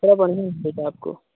कपड़ा बढ़िया मिलेगा आपको